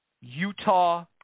Utah